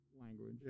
language